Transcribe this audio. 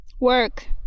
Work